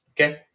Okay